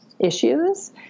issues